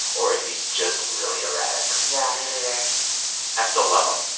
or if he's just really erratic yeah, me neither i still love him.